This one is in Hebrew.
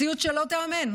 מציאות שלא תיאמן.